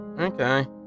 Okay